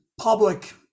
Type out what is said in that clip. public